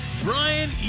brian